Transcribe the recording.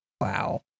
Wow